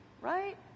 Right